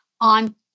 on